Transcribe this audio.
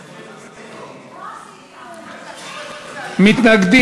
עיסאווי פריג',